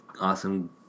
awesome